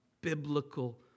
biblical